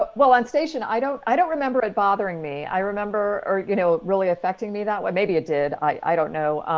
but well, on station, i don't i don't remember it bothering me, i remember or, you know, really affecting me that way. maybe it did. i don't know.